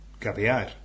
Caviar